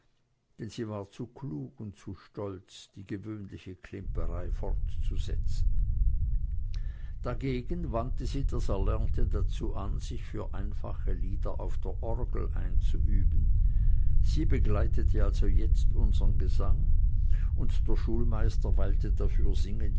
denn sie war zu klug und zu stolz die gewöhnliche klimperei fortzusetzen dagegen wandte sie das erlernte dazu an sich für einfache lieder auf der orgel einzuüben sie begleitete also jetzt unsern gesang und der schulmeister weilte dafür singend